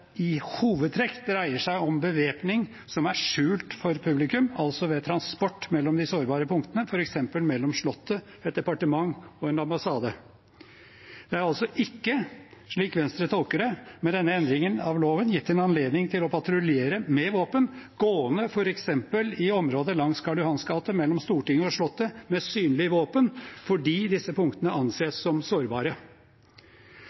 i hovedtrekk dreier seg om bevæpning som er skjult for publikum, altså ved transport mellom de sårbare punktene, f.eks. mellom Slottet, et departement og en ambassade. Det er altså ikke, slik Venstre tolker det, med denne endringen av loven gitt anledning til å patruljere med våpen gående f.eks. i området langs Karl Johans gate mellom Stortinget og Slottet med synlig våpen fordi disse punktene